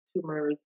tumors